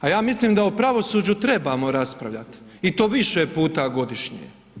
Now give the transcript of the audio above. A ja mislim da o pravosuđu trebamo raspravljati i to više puta godišnje.